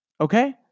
okay